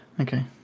Okay